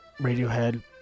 Radiohead